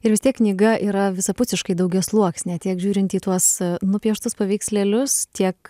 ir vis tiek knyga yra visapusiškai daugiasluoksnė tiek žiūrint į tuos nupieštus paveikslėlius tiek